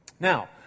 Now